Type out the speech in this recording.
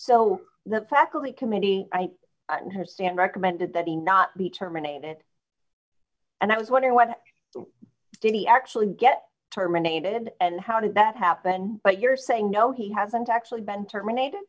so the faculty committee on her stand recommended that he not be terminated and i was wondering what did he actually get terminated and how did that happen but you're saying no he hasn't actually been terminated